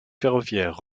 ferroviaire